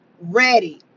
ready